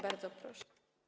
Bardzo proszę.